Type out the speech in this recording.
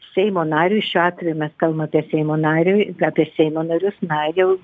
seimo nariui šiuo atveju mes kalbam apie seimo nariui apie seimo narius na jau